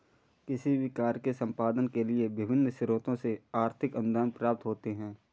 किसी भी कार्य के संपादन के लिए विभिन्न स्रोतों से आर्थिक अनुदान प्राप्त होते हैं